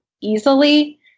easily